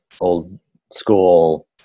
old-school